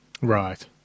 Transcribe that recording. Right